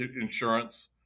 insurance